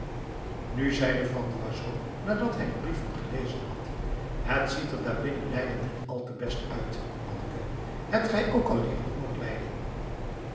nu zeide van boisot nadat hij de brieven gelezen had het ziet er daar binnen leiden niet al te best uit manneke hebt gij ook al leeren honger lijden